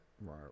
Right